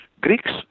Greeks